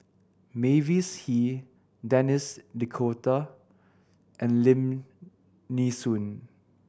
Mavis Hee Denis D'Cotta and Lim Nee Soon